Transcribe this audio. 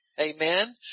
Amen